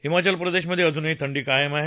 हिमाचल प्रदेशमध्ये अजूनही थंडी कायम आहे